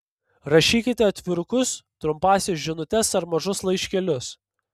rašykite atvirukus trumpąsias žinutes ar mažus laiškelius